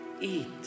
eat